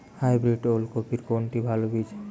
Hybrid ওল কপির কোনটি ভালো বীজ?